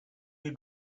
you